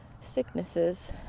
sicknesses